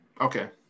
Okay